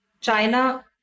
China